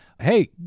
Hey